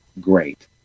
great